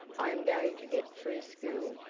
i am going to get through school,